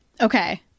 okay